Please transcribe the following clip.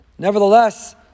Nevertheless